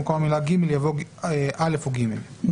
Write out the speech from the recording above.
במקום המילה "(ג)" יבוא "(א) או (ג).".